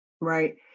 Right